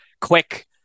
quick